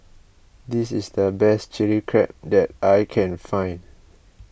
this is the best Chili Crab that I can find